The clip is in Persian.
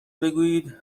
بگویید